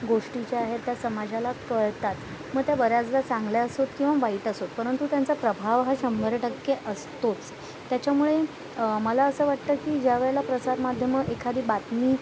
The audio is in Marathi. गोष्टी ज्या आहेत त्या समाजाला कळतात मग त्या बऱ्याचदा चांगल्या असोत किंवा वाईट असोत परंतु त्यांचा प्रभाव हा शंभर टक्के असतोच त्याच्यामुळे मला असं वाटतं की ज्यावेळेला प्रसारमाध्यमं एखादी बातमी